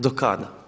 Do kada?